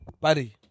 buddy